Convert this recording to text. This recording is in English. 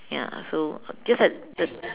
ya so just like the